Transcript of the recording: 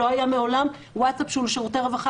לא היה מעולם ווטסאפ שהוא לשירותי רווחה